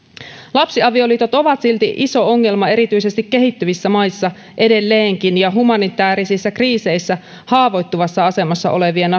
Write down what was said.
lapsiavioliitot ovat silti iso ongelma erityisesti kehittyvissä maissa edelleenkin ja humanitäärisissä kriiseissä haavoittuvassa asemassa olevien